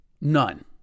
none